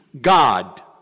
God